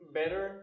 better